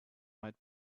might